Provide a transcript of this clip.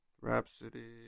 Rhapsody